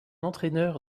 entraîneur